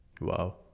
Wow